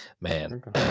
man